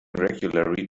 regularly